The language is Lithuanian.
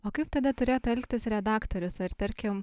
o kaip tada turėtų elgtis redaktorius ar tarkim